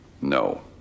No